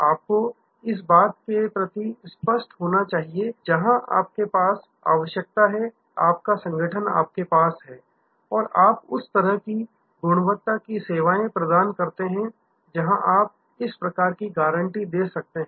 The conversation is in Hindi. आपको इस बात के प्रति स्पष्ट होना चाहिए कि जहां आपके पास आवश्यकता है आपका संगठन आपके साथ है और आप उस तरह की गुणवत्ता की सेवाएं प्रदान करते हैं जहां आप इस प्रकार की गारंटी दे सकते हैं